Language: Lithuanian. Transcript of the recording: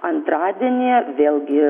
antradienį vėlgi